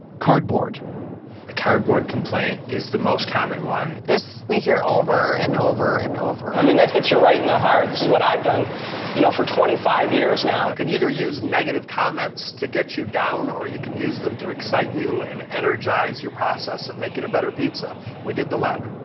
cardboard the cardboard complaint is the most common one. this we hear over and over and over i mean, you're right in the heart is what i've done you know for twenty five years now i can either use negative comments to get you down or you can use them to excite you and energize your process and make it a better pizza we did the latter